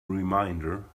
reminder